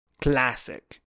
classic